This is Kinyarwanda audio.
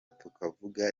tukavuga